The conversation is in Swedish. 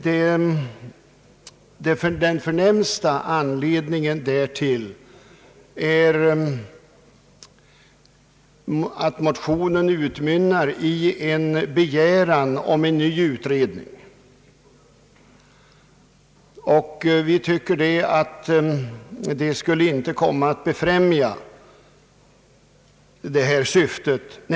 Den främsta anledningen därtill är att motionen utmynnar i en begäran om en ny utredning. Vi anser inte att en sådan nämnvärt skulle komma att befrämja syftet.